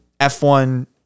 F1